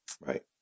Right